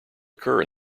occur